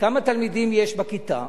כמה תלמידים יש בכיתה,